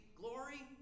glory